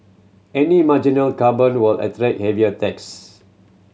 any marginal carbon will attract heavier tax